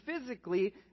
physically